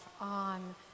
on